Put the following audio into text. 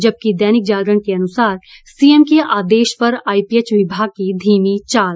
जबकि दैनिक जागरण के अनुसार सीएम के आदेश पर आईपीएच विभाग की धीमी चाल